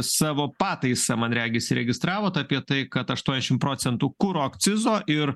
savo pataisą man regis įregistravot apie tai kad aštuoniasdešim procentų kuro akcizo ir